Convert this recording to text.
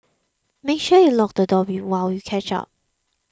make sure you lock the door while you catch up